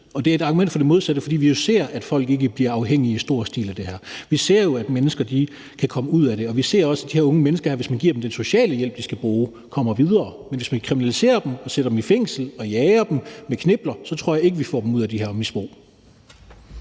Det er et argument for det modsatte, fordi vi jo ser, at folk ikke bliver afhængige i stor stil af det her. Vi ser jo, at mennesker kan komme ud af det, og vi ser også, at de her unge mennesker kommer videre, hvis man giver dem den sociale hjælp, de skal bruge. Men hvis man kriminaliserer dem og sætter dem i fængsel og jager dem med knipler, tror jeg ikke, at vi får dem ud af de her misbrug.